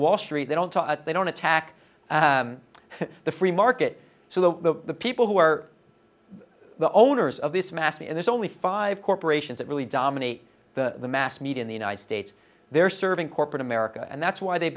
wall street they don't they don't attack the free market so the the people who are the owners of this mass and there's only five corporations that really dominate the mass media in the united states they're serving corporate america and that's why they've